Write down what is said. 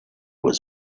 was